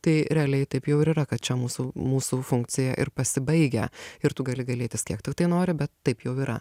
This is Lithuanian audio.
tai realiai taip jau ir yra kad čia mūsų mūsų funkcija ir pasibaigia ir tu gali gailėtis kiek tiktai nori bet taip jau yra